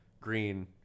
green